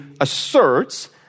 asserts